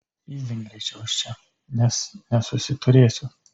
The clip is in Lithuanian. pyzdink greičiau iš čia nes nesusiturėsiu